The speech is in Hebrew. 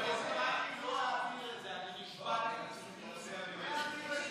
ההצעה להעביר את הצעת חוק הבחירות לכנסת העשרים-ושתיים (הוראות מיוחדות